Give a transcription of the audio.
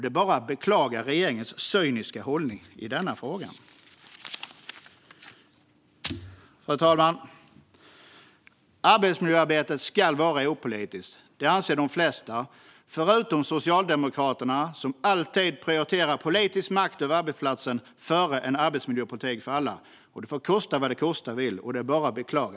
Det är bara att beklaga regeringens cyniska hållning i denna fråga. Fru talman! Arbetsmiljöarbetet ska vara opolitiskt. Det anser de flesta - utom Socialdemokraterna, som alltid prioriterar politisk makt över arbetsplatsen före en arbetsmiljöpolitik för alla, kosta vad det kosta vill. Det är bara att beklaga.